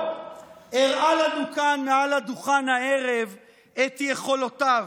הראה לנו כאן על הדוכן הערב את יכולותיו,